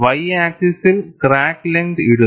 Y ആക്സിസ്സിൽ crack length ഇടുന്നു